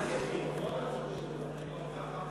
מרצ להביע אי-אמון בממשלה לא נתקבלה.